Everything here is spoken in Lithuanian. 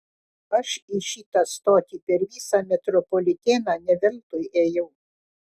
aš į šitą stotį per visą metropoliteną ne veltui ėjau